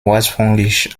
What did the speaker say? ursprünglich